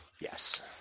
Yes